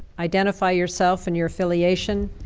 identify yourself and your affiliation,